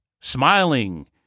smiling